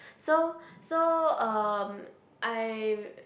so so um I